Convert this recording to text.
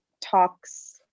talks